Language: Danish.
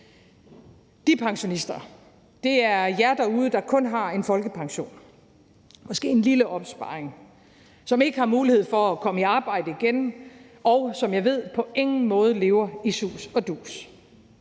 De pensionister er jer derude, der kun har en folkepension – og måske en lille opsparing – og som ikke har mulighed for at komme i arbejde igen, og som jeg ved på ingen måde lever i sus og dus.